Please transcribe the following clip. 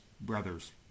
brother's